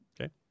Okay